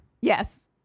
Yes